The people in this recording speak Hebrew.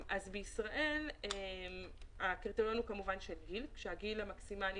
בישראל הקריטריון הוא כמובן של גיל והגיל המקסימלי